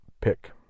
pick